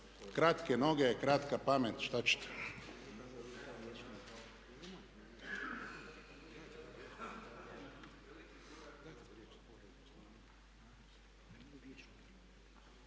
kratke noge, kratka pamet, šta ćete.